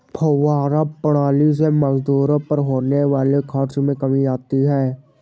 फौव्वारा प्रणाली से मजदूरों पर होने वाले खर्च में कमी आती है